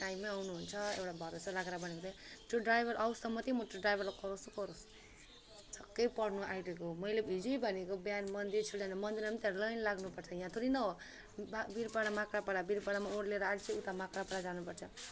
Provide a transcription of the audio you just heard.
टाइममै आउनुहुन्छ एउटा भरोसा राखेर भनेको थिएँ त्यो ड्राइभर आओस् त मात्रै त्यो ड्राइभरलाई कराउँछु कराउँछु छक्कै पर्नु अहिलेको मैले हिजै भनेको बिहान मन्दिर छ जानु मन्दिरमा पनि त्यहाँ लाइन लाग्नुपर्छ यो थोडी न वीरपाडा माक्रापाडा वीरपाडामा ओर्लेिएर अझै उता माक्रापाडा जानुपर्छ